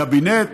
הקבינט.